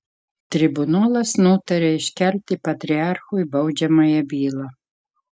tribunolas nutaria iškelti patriarchui baudžiamąją bylą